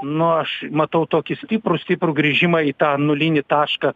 nu aš matau tokį stiprų stiprų grįžimą į tą nulinį tašką